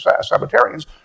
sabbatarians